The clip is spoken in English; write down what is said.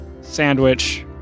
sandwich